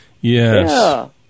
Yes